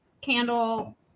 candle